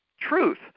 truth